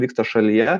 vyksta šalyje